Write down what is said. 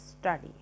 study